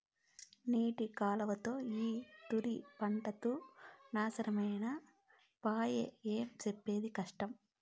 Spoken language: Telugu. నీటి కరువుతో ఈ తూరి పంటంతా నాశనమై పాయె, ఏం సెప్పేది కష్టం